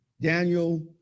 Daniel